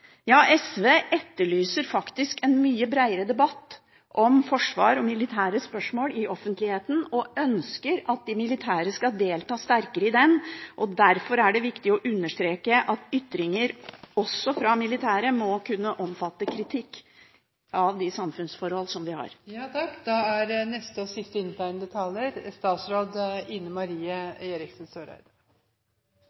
SV etterlyser faktisk en mye bredere debatt om forsvar og militære spørsmål i offentligheten og ønsker at de militære skal delta sterkere i den. Derfor er det viktig å understreke at ytringer, også fra militære, må kunne omfatte kritikk av de samfunnsforhold som vi har.